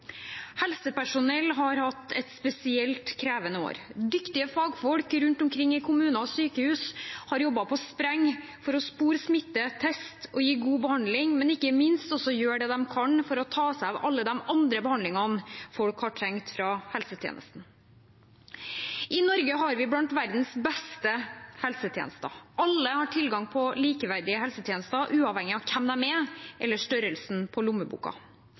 Helsepersonell har hatt et spesielt krevende år. Dyktige fagfolk rundt omkring i kommuner og sykehus har jobbet på spreng for å spore smitte, teste og gi god behandling, men ikke minst også gjøre det de kunne for å ta seg av alle de andre behandlingene folk har trengt fra helsetjenesten. I Norge har vi noen av verdens beste helsetjenester. Alle har tilgang på likeverdige helsetjenester uavhengig av hvem de er, eller størrelsen på lommeboka.